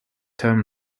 term